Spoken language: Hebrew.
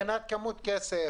בתי עסק מושכים יותר כסף,